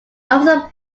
officer